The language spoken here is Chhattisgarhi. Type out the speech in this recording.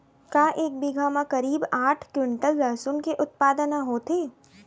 का एक बीघा म करीब आठ क्विंटल लहसुन के उत्पादन ह होथे?